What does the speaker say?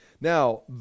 Now